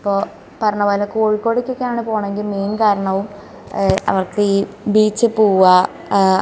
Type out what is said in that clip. ഇപ്പോൾ പറഞ്ഞപോലെ കോഴിക്കോടേക്കക്കെയാണ് പോണേങ്കിൽ മെയിൻ കാരണവും അവർക്ക് ഈ ബീച്ചിൽ പോവാ